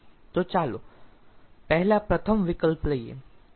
તો ચાલો પહેલા પ્રથમ વિકલ્પ લઈએ